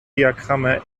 diagramme